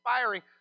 inspiring